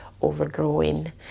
overgrowing